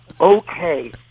okay